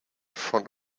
front